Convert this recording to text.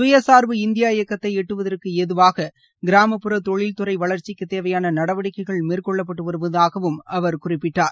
சுயசாா்பு இந்தியா இயக்கத்தை எட்டுவதற்கு ஏதுவாக கிராமப்புற தொழில் துறை வளர்ச்சிக்கு தேவையான நடவடிக்கைகள் மேற்கொள்ளப்பட்டு வருவதாகவும் அவர் குறிப்பிட்டார்